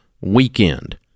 weekend